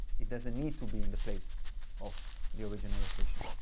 it doesn't need to be in the place of the original location.